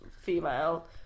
female